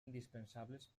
indispensables